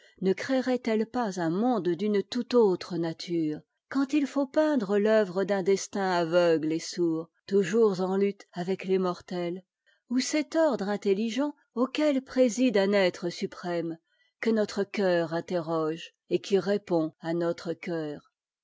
ne créerait ette pas un monde d'une tout autre nature quand il faut peindre t'œuvre d'un destin aveugle et sourd toujours en lutte avec les mortels ou cet ordre intelligent auquel préside un être suprême que notre cœur interroge et qui répond à notre cœur